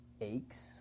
aches